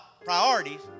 priorities